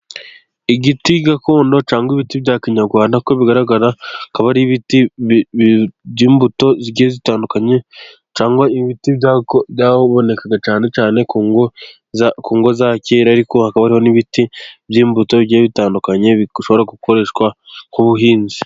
Igiti gakondo cyangwa ibiti bya kinyarwanda nk'uko bigaragara, akaba ari ibiti by'imbuto zigiye zitandukanye, cyangwa ibiti byabonekaga cyane cyane ku ngo za kera, ariko hakaba n'ibiti by'imbuto byari bitandukanye bishobora gukoreshwa ku buhinzi.